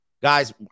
Guys